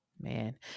man